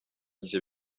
bye